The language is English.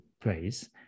place